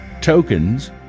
tokens